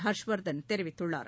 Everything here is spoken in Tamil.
ஹர்ஷ்வர்தன் தெரிவித்துள்ளார்